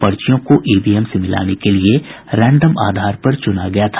पचियों को ईवीएम से मिलाने के लिए रेंडम आधार पर चुना गया था